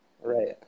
Right